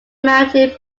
mountain